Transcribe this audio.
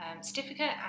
certificate